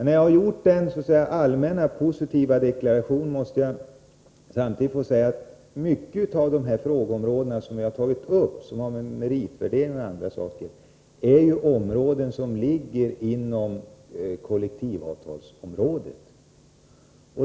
När jag har gjort denna så att säga allmänt positiva deklaration måste jag samtidigt säga att många av de frågor som jag har tagit upp, såsom meritvärdering, är ju frågor inom kollektivavtalsområdet.